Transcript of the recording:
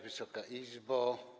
Wysoka Izbo!